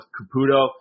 Caputo